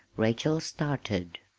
rachel started.